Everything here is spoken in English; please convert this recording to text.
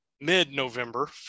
mid-November